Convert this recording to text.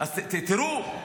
אז תראו,